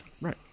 Right